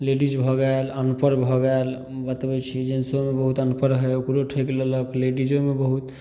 ladies भऽ गेल अनपढ़ भऽ गेल बतबै छी जेना सएमे बहुत अनपढ़ है ओकरो ठैक लेलक लेडीजोमे बहुत